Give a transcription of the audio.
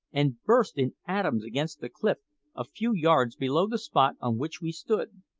and burst in atoms against the cliff a few yards below the spot on which we stood.